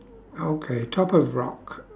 okay top of rock